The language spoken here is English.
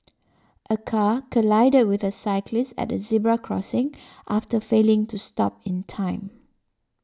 a car collided with a cyclist at the zebra crossing after failing to stop in time